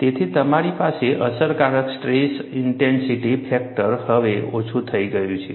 તેથી તમારી પાસે અસરકારક સ્ટ્રેસ ઇન્ટેન્સિટી ફેક્ટર હવે ઓછું થઈ ગયું છે